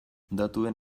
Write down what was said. datuen